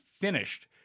finished